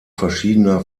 verschiedener